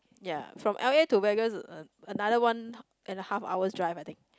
ya from L A to Vegas uh another one and a half hours drive I think